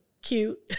cute